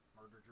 Murder